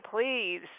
please